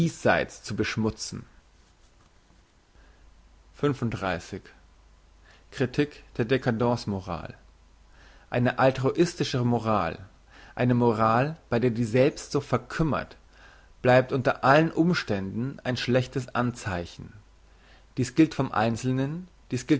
zu beschmutzen kritik der dcadence moral eine altruistische moral eine moral bei der die selbstsucht verkümmert bleibt unter allen umständen ein schlechtes anzeichen dies gilt vom einzelnen